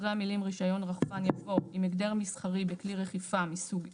אחרי המילים "רישיון רחפן" יבוא "עם הגדר מסחרי בכלי רחיפה מסוג אחד".